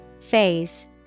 Phase